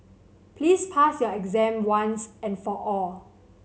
please pass your exam once and for all